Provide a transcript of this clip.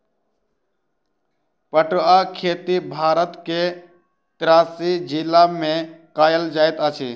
पटुआक खेती भारत के तिरासी जिला में कयल जाइत अछि